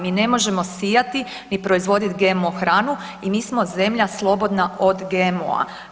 Mi ne možemo sijati niti proizvoditi GMO hranu i mi smo zemlja slobodna od GMO-a.